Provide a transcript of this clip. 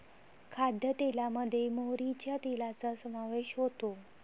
खाद्यतेलामध्ये मोहरीच्या तेलाचा समावेश होतो